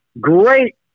great